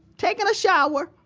taking a shower,